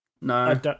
No